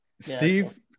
Steve